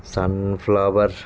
sunflower